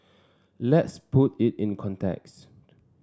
let's put it in context